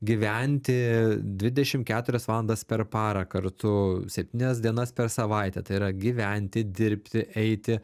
gyventi dvidešim keturias valandas per parą kartu septynias dienas per savaitę tai yra gyventi dirbti eiti